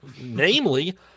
Namely